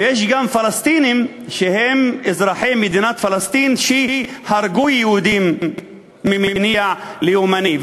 ויש גם פלסטינים שהם אזרחי מדינת פלסטין שהרגו יהודים ממניע לאומני,